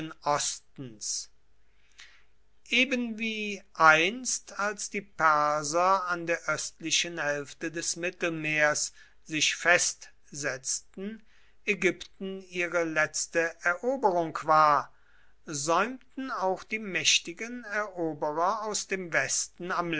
ostens ebenwie einst als die perser an der östlichen hälfte des mittelmeers sich festsetzten ägypten ihre letzte eroberung war säumten auch die mächtigen eroberer aus dem westen